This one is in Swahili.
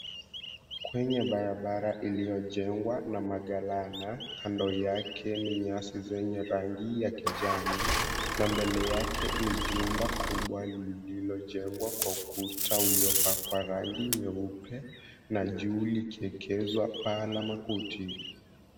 Kwenye barabara iliyojengwa na magalana, kando yake ni nyasi zenye rangi ya kijani na mbele yake ni jumba kubwa lililojengwa kwa ukuta uliopakwa rangi nyeupe na juu likiekezwa paa la makuti.